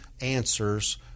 answers